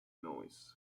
noise